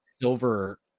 silver